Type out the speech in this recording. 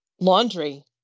laundry